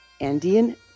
Andean